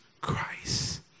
Christ